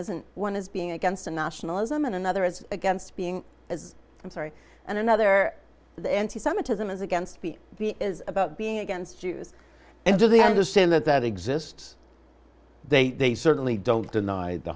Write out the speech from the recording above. isn't one is being against a nationalism another is against being as i'm sorry and another the anti semitism is against b p is about being against jews and do they understand that that exists they they certainly don't deny the